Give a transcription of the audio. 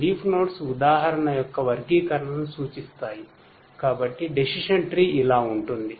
decision trees ఇలా ఉంటుంది